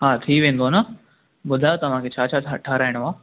हा थी वेंदो न ॿुधायो तव्हांखे छा छा ख ठहिराइणो आहे